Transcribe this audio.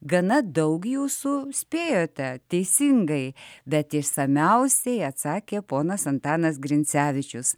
gana daug jūsų spėjote teisingai bet išsamiausiai atsakė ponas antanas grincevičius